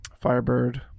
Firebird